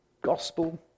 gospel